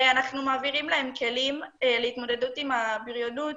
אנחנו מעבירים להם כלים להתמודדות עם הבריונות,